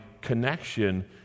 connection